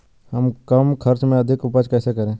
हम कम खर्च में अधिक उपज कैसे करें?